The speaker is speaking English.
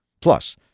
Plus